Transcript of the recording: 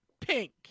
pink